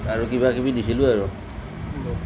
আৰু কিবাকিবি দিছিলোঁ আৰু